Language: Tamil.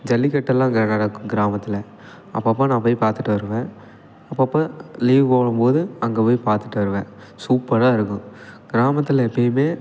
ஜல்லிக்கட்டெல்லாம் அங்கே நடக்கும் கிராமத்தில் அப்பப்போ நான் போய் பார்த்துட்டு வருவேன் அப்பப்போ லீவுக்கு வரும் போது அங்கே போய் பார்த்துட்டு வருவேன் சூப்பராக இருக்கும் கிராமத்தில் எப்பயுமே